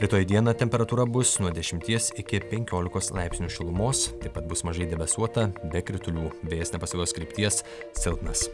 rytoj dieną temperatūra bus nuo dešimties iki penkiolikos laipsnių šilumos taip pat bus mažai debesuota be kritulių vėjas nepastovios krypties silpnas